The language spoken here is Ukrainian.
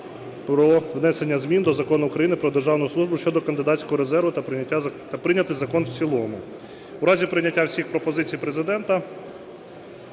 "Про внесення змін до Закону України "Про державну службу" щодо кандидатського резерву" та прийняти закон у цілому. В разі прийняття всіх пропозицій Президента